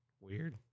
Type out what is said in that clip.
Weird